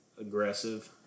aggressive